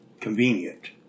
convenient